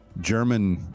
German